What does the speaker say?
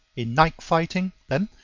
in night-fighting, then,